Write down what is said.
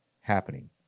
happening